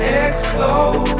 explode